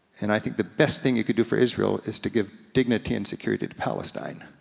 and i think the best thing you could do for israel is to give dignity and security to palestine.